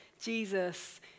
Jesus